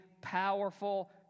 powerful